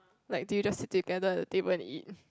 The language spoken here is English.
like do you sit together at the table and eat